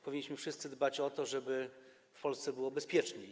Powinniśmy wszyscy dbać o to, żeby w Polsce było bezpiecznie.